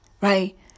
Right